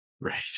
Right